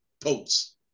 posts